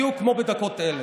בדיוק כמו בדקות אלה.